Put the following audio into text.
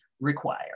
require